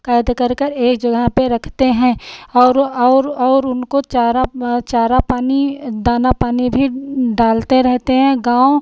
कैद कर कर एक जगह पर रखते हैं और और और उनको चारा चारा पानी दाना पानी भी डालते रहते हैं गाँव